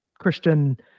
Christian